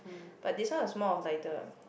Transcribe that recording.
but this one was more of like the